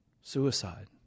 suicide